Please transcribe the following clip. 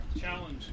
Challenge